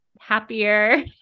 happier